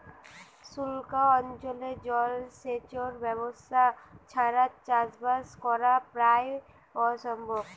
সুক্লা অঞ্চলে জল সেচের ব্যবস্থা ছাড়া চাষবাস করা প্রায় অসম্ভব